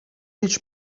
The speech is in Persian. هیچ